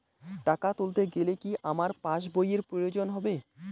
টাকা তুলতে গেলে কি আমার পাশ বইয়ের প্রয়োজন হবে?